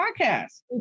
Podcast